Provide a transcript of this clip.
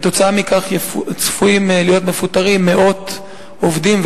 כתוצאה מכך צפויים להיות מפוטרים מאות עובדים,